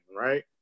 right